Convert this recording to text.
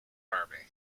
army